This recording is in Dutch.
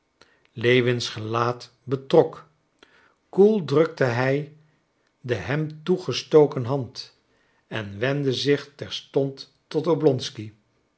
lewins gelaat betrok koel drukte hij de hem toegestoken hand en wendde zich terstond tot oblonsky